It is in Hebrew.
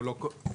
היושב-ראש.